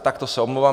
Tak to se omlouvám.